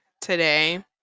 today